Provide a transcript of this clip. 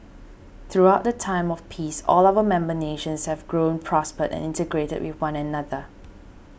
throughout the time of peace all our member nations have grown prospered and integrated with one another